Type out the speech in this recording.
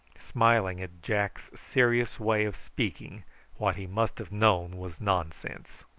smiling at jack's serious way of speaking what he must have known was nonsense.